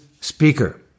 speaker